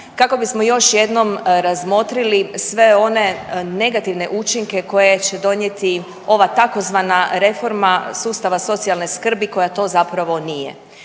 kako bismo još jednom razmotrili sve one negativne učinke koje će donijeti ova tzv. reforma sustava socijalne skrbi koja to zapravo nije.